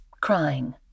crying